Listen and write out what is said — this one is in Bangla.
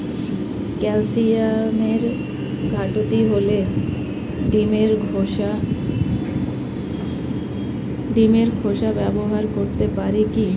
ক্যালসিয়ামের ঘাটতি হলে ডিমের খোসা ব্যবহার করতে পারি কি?